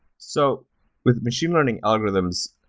so with machine learning algorithms,